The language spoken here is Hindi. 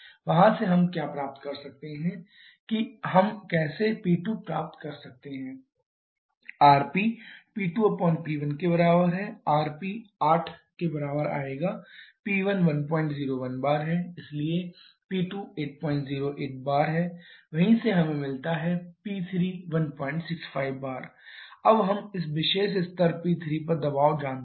वहाँ से हम क्या प्राप्त कर सकते हैं कि हम कैसे P2 प्राप्त कर सकते हैं rpP2P1 rp8 P1101 bar इसलिए P2808 bar वहीं से हमें मिलता है P3165 bar अब हम इस विशेष स्तर P3 पर दबाव जानते हैं